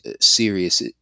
serious